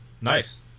nice